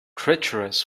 treacherous